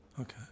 okay